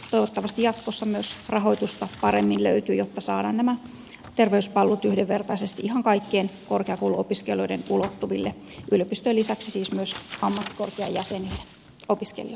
toivottavasti jatkossa myös rahoitusta paremmin löytyy jotta saadaan nämä terveyspalvelut yhdenvertaisesti ihan kaikkien korkeakouluopiskelijoiden ulottuville yliopistojen lisäksi siis myös ammattikorkean opiskelijoille